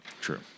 True